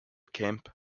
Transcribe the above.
camp